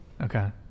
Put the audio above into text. okay